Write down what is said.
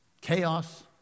chaos